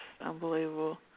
unbelievable